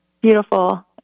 Beautiful